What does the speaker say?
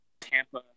Tampa